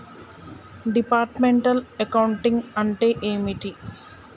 Departmental accounting అంటే ఏమిటి?